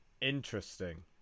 Interesting